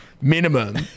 Minimum